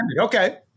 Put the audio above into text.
Okay